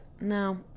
No